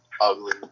Ugly